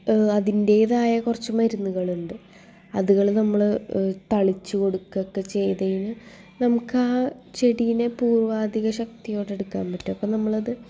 അതിൻ്റേതായ കുറച്ച് മരുന്നുകളുണ്ട് അതുകൾ നമ്മൾ തളിച്ച് കൊടുക്കുകയൊക്കെ ചെയ്ത് കഴിഞ്ഞാൽ നമുക്കാ ചെടീനെ പൂർവ്വാധികം ശക്തിയോടെ എടുക്കാൻ പറ്റും അപ്പോൾ നമ്മളത്